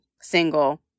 single